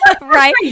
Right